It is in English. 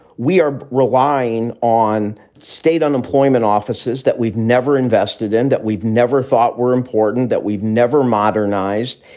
we are relying on state unemployment offices that we've never invested in, that we've never thought were important, that we've never modernized.